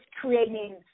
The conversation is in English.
creating